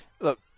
Look